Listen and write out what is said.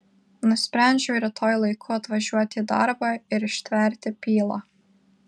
nusprendžiu rytoj laiku atvažiuoti į darbą ir ištverti pylą